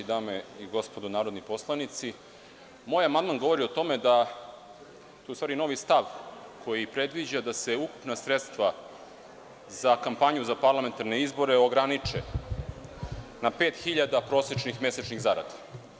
Dame i gospodo narodni poslanici, moj amandman govori o tome da je to u stvari novi stav koji predviđa da se ukupna sredstva za kampanju za parlamentarne izbore ograniče na pet hiljada prosečnih mesečnih zarada.